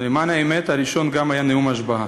למען האמת, הראשון גם היה נאום השבעה.